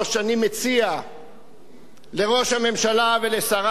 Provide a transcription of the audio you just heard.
אני מציע לראש הממשלה ולשריו: